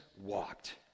walked